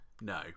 No